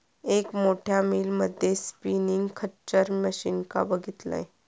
एक मोठ्या मिल मध्ये स्पिनींग खच्चर मशीनका बघितलंय